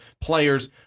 players